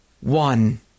one